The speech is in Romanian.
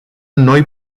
noi